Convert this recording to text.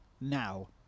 now